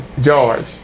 George